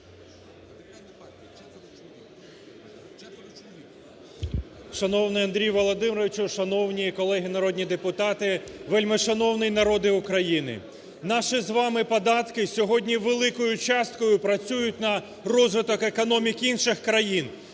Шановний Андрію Володимировичу! Шановні колеги народні депутати! Вельмишановний народе України! Наші з вами податки сьогодні великою часткою працюють на розвиток економіки інших країн,